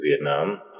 Vietnam